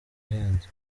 ihenze